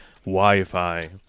Wi-Fi